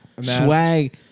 swag